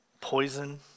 poison